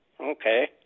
Okay